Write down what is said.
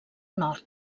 nord